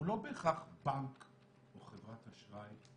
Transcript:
הוא לא בהכרח בנק או חברת אשראי.